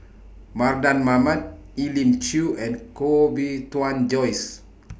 Mardan Mamat Elim Chew and Koh Bee Tuan Joyce